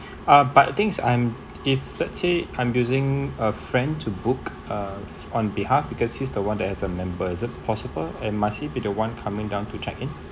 um but the thing is I'm if let's say I'm using a friend to book uh on behalf because he's the one that has a members is it possible and must he be the one coming down to check in